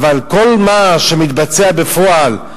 אבל כל מה שמתבצע בפועל,